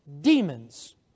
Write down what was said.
demons